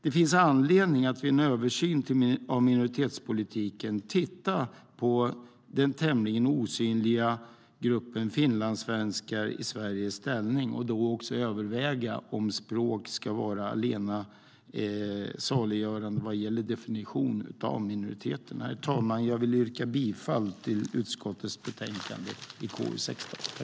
Det finns anledning att vid en översyn av minoritetspolitiken titta på ställningen för den tämligen osynliga gruppen finlandssvenskar i Sverige och då också överväga om språket ska vara allena saliggörande vad gäller definitionen av minoriteterna. Herr talman! Jag yrkar bifall till förslaget i utskottets betänkande KU16.